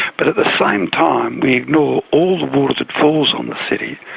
but at the same time, we ignore all the water that falls on the city,